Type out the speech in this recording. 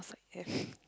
yes